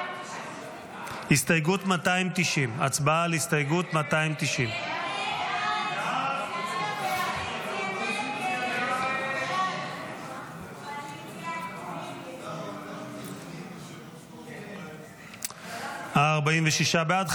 290. הסתייגות 290. ההצבעה על הסתייגות 290. 46 בעד,